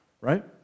Right